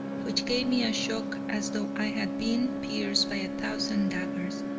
which gave me a shock as though i had been pierced by thousand daggers,